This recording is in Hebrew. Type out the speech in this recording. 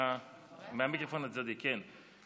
מהמיקרופון הצדדי, כן.